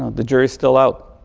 the jury is still out.